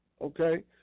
okay